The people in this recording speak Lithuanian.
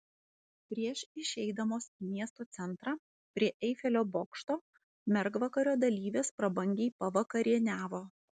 prieš išeidamos į miesto centrą prie eifelio bokšto mergvakario dalyvės prabangiai pavakarieniavo